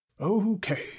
Okay